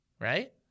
right